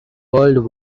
world